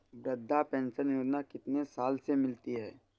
वृद्धा पेंशन योजना कितनी साल से मिलती है?